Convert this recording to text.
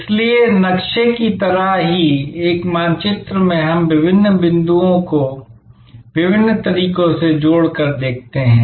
इसलिए नक्शे की तरह ही एक मानचित्र में हम विभिन्न बिंदुओं को विभिन्न तरीकों से जोड़कर देखते हैं